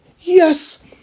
Yes